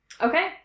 Okay